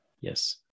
yes